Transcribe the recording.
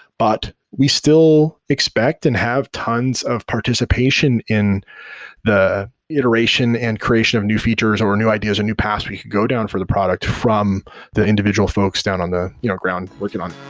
but we still expect and have tons of participation in the iteration and creation of new features, or new ideas, a new paas we could go down for the product from the individual folks down on the you know ground working on